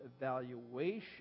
evaluation